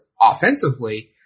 offensively